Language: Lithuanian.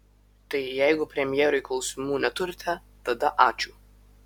tai jeigu premjerui klausimų neturite tada ačiū